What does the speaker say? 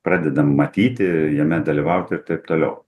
pradedam matyti jame dalyvauti ir taip toliau